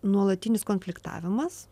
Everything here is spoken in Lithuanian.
nuolatinis konfliktavimas